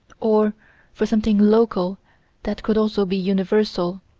or for something local that could also be universal.